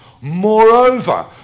Moreover